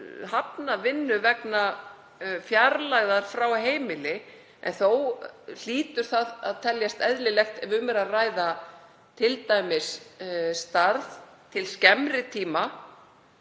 hafna vinnu vegna fjarlægðar frá heimili. Þó hlýtur það að teljast eðlilegt, t.d. ef um er að ræða starf til skemmri tíma,